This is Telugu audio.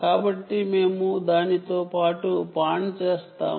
కాబట్టి మేము దానితో పాటు పాన్ చేస్తాము